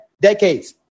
Decades